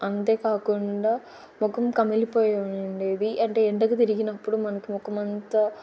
అంతే కాకుండా ముఖం కమిలి పోయుండేది అంటే ఎండకి తిరిగినప్పుడు మనకి ముఖమంతా